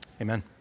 amen